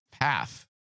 path